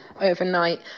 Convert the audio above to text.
overnight